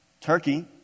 Turkey